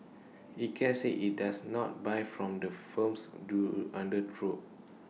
Ikea said IT does not buy from the firms do under probe